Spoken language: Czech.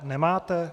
Nemáte?